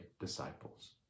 disciples